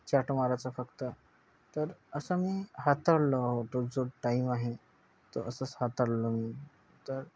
चाट मारायचा फक्त तर असं मी हाताळलं होतो जो टाईम आहे तो असंच हाताळलं मी तर